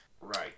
Right